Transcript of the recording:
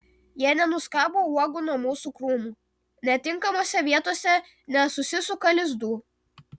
jie nenuskabo uogų nuo mūsų krūmų netinkamose vietose nesusisuka lizdų